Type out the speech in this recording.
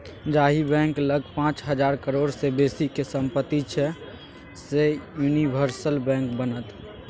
जाहि बैंक लग पाच हजार करोड़ सँ बेसीक सम्पति छै सैह यूनिवर्सल बैंक बनत